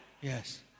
Yes